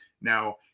Now